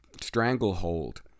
stranglehold